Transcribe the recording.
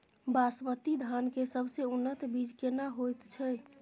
बासमती धान के सबसे उन्नत बीज केना होयत छै?